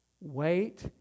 wait